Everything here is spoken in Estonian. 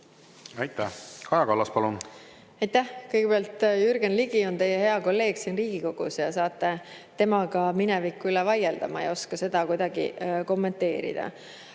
Aitäh! Kaja Kallas, palun! Aitäh! Kõigepealt, Jürgen Ligi on teie hea kolleeg siin Riigikogus, saate temaga mineviku üle vaielda. Ma ei oska seda kuidagi kommenteerida.